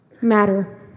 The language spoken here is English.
matter